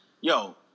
Yo